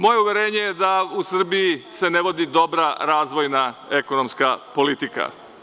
Moje je uverenje da se u Srbiji ne vodi dobra razvojna ekonomska politika.